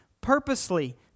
purposely